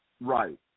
Right